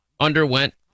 Underwent